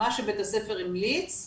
מה שבית הספר המליץ,